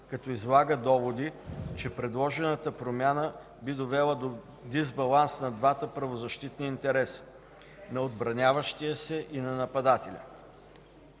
като излага доводи, че предложената промяна би довела до дисбаланс на двата правно защитени интереса – на отбраняващия се и на нападателя.